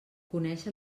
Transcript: conèixer